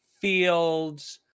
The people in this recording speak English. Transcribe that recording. fields